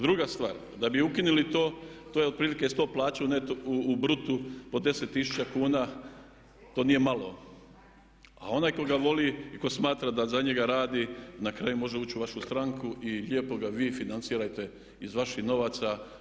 Druga stvar, da bi ukinuli to to je otprilike 100 plaća u brutu po 10 000 kuna, to nije malo, a onaj tko ga voli i tko smatra da za njega radi na kraju može ući u vašu stranku i lijepo ga vi financirajte iz vaših novaca.